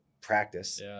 practice